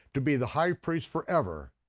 to be the high priest forever,